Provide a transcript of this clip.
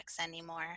anymore